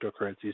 cryptocurrencies